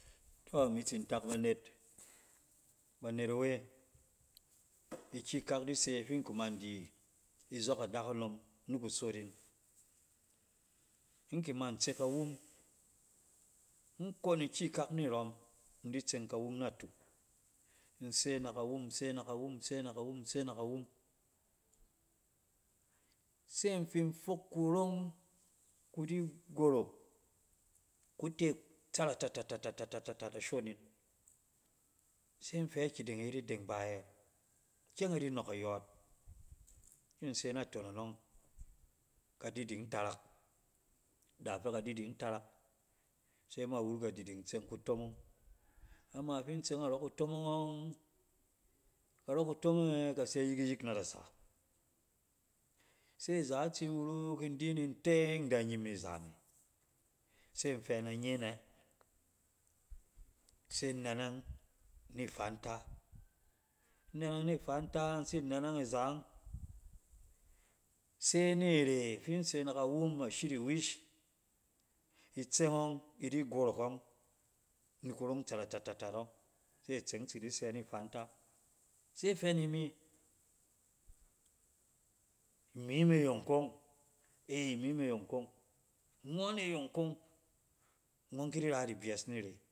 To imi tsin tak banet, banet awe. Ikyikak di se fin kuman di izɔk adakunom ni kusot in. In kuman tse kawum, in kon ikyikak nirɔm in di tseng kawun natuk. In se na kawum, in se nakawum, in se na kawum, in se na kawum, se in fin fok kurong ku di gorok, ku te tsaratatatatat ashon se infe akyideng iyet idang bayɛ? Ikyɛng e di nɔk ayɔɔt, tsin se naton anɔng, kadiding tarak, da fɛ kadiding tarak, se ima wuruk adiding in tseng kutomong, ama fin tseng arɔ kutomong ɔng, karɔ kutomonge kase yik-yik na da sa. Se iza tsi wuruk, in di nin teng, in da tsin nyim n, iza me. se in fɛ in da nye anɛ se in nɛnɛng ni fantaa, in nɛnɛng ni fantaa, in tsin nɛnɛng iza ɔng, se nire fin se na kawum ashet awish itseng ɔng idi gorok ɔng ni kurong tsaratatatat ɔng. Se itseng tsi di sɛ ni fantaa, se ifɛ ni mi, lmi me yong kong, ey imi me yong kong, ngɔn e yong kong ngɔn kidi rat ibɛs nire